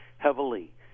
heavily